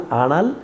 anal